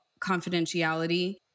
confidentiality